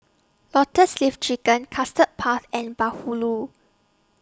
Lotus Leaf Chicken Custard Puff and Bahulu